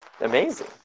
Amazing